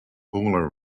polar